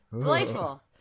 Delightful